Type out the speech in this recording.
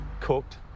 cooked